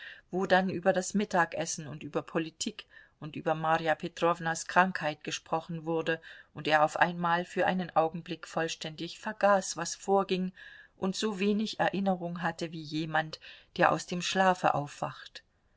wo dann über das mittagessen und über politik und über marja petrownas krankheit gesprochen wurde und er auf einmal für einen augenblick vollständig vergaß was vorging und so wenig erinnerung hatte wie jemand der aus dem schlafe aufwacht